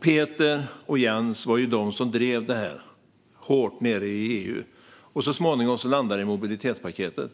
Peter och Jens var de som drev frågan hårt nere i EU. Så småningom landade det i mobilitetspaketet.